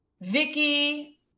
Vicky